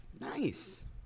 Nice